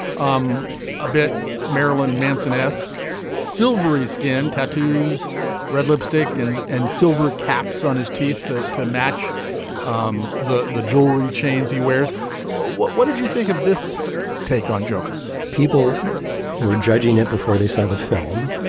um a bit marilyn manson ask silvery skin tattoos red lipstick and and silver caps on his teeth to to match um the the jewelry chains he wears what what did you think of this take on joker people were judging it before they saw the film. yeah